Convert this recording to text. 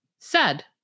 sad